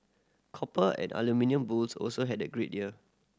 copper and aluminium bulls also had a great year